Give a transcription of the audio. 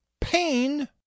Pain